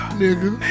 nigga